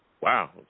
Wow